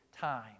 time